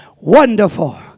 Wonderful